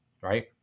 right